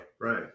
right